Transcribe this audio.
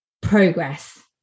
progress